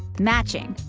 matching.